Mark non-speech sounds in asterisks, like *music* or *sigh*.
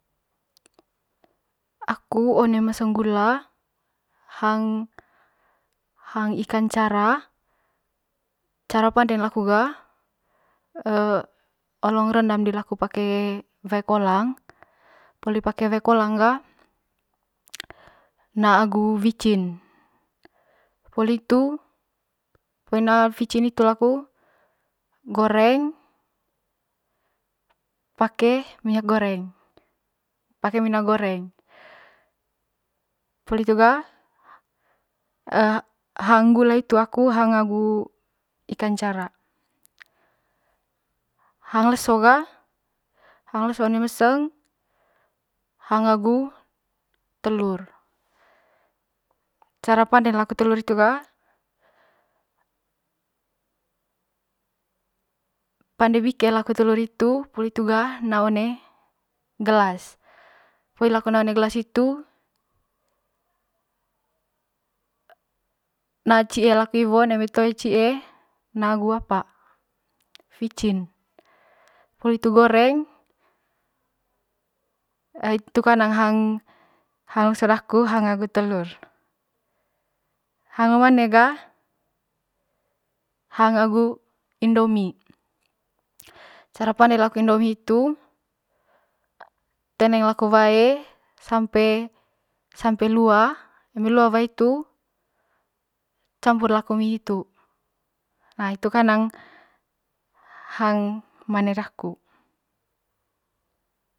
Aku one meseng gula hang ikan cara cara panden laku ga *hesitation* olong rendam dilaku pake wae kolang poli pake wae kolang ga na agu wicin poli hitu poli na vicin hitu laku greng pake minyak goreng pake mina goreng poli hitu ga *hesitation* hang gula hitu aku hang agu ikan cara hang leso ga hang leso one meseng hang agu telur cara panden laku telur hitu ga pande bike laku telur hitu ga poli hitu ga naa one gelas poli laku naa one gelas hhitu naa cie laku iwon eme toe ciee naa naa agu apa vicin ai hitu kanang hang leso daku hang telur hang mane ga hang agu indo mi cara pande laku indo mi hitu teneng laku wae sampe sampe lua eme lua wae hitu campur laku mi hitu na hitu kanang hang mane daku.